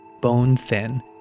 bone-thin